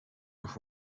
nog